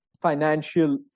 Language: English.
financial